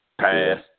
Pass